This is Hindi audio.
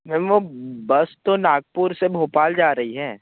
मैम वो बस तो नागपुर से भोपाल जा रही है